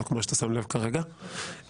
שמה שמייחד הצעה לסדר שעוסקת בנושא מסוים,